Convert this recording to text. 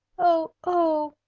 oh, oh!